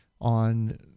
on